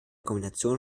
kombination